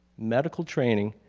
medical training,